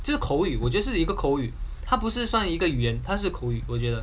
就是口语我觉得是一个口语他不是算一个语言他是口语我觉得